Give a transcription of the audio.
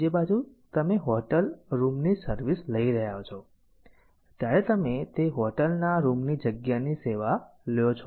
બીજી બાજુ તમે હોટેલ રૂમની સર્વિસ લઈ રહ્યા છો ત્યારે તમે તે હોટેલ ના રૂમ ની જગ્યા ની સેવા લ્યો છો